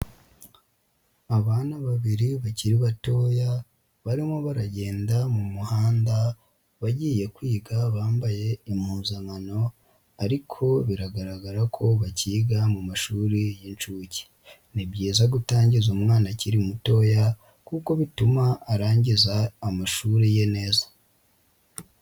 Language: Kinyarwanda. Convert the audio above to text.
Abana babiri bakiri batoya barimo baragenda mu muhanda bagiye kwiga bambaye impuzakano ariko biragaragara ko bakiyiga mu mashuri y'inshuke, ni byiza gutangiza umwana akiri mutoya kuko bituma arangiza amashuri ye neza.